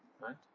Right